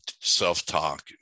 self-talk